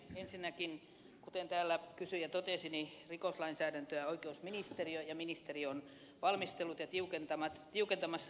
ensinnäkin kuten kysyjä totesi oikeusministeriö ja ministeri on valmistellut ja tiukentamassa rikoslainsäädäntöä